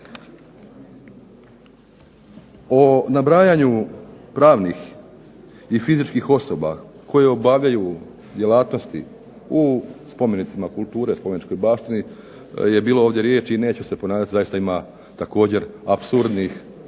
O nabrajanju pravnih i fizičkih osoba koje obavljaju djelatnosti u spomenicima kulture, spomeničkoj baštini je bilo ovdje riječi, i neću se ponavljati, zaista ima također apsurdnih